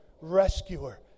rescuer